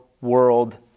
world